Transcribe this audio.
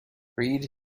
reid